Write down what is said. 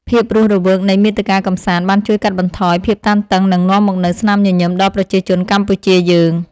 ភាពរស់រវើកនៃមាតិកាកម្សាន្តបានជួយកាត់បន្ថយភាពតានតឹងនិងនាំមកនូវស្នាមញញឹមដល់ប្រជាជនកម្ពុជាយើង។